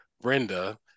Brenda